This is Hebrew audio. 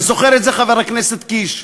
וזוכר את זה חבר הכנסת קיש.